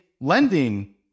lending